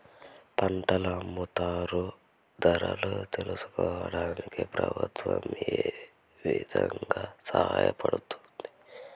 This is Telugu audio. పంట అమ్ముతారు ధరలు తెలుసుకోవడానికి ప్రభుత్వం ఏ విధంగా సహాయం చేస్తుంది?